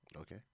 Okay